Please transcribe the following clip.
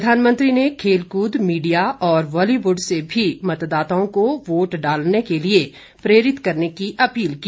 प्रधानमंत्री ने खेलकृद मीडिया और बॉलीवुड से भी मतदाताओं को वोट डालने के लिए प्रेरित करने की अपील की